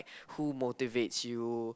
who motivates you